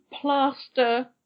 plaster